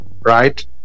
Right